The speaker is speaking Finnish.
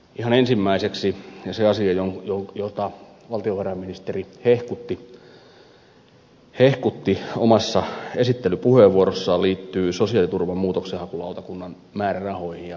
ihan ensimmäiseksi se asia jota valtiovarainministeri hehkutti omassa esittelypuheenvuorossaan liittyy sosiaaliturvan muutoksenhakulautakunnan määrärahoihin ja sen lautakunnan toimintamenoihin